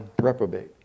reprobate